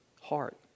heart